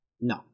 No